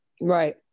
Right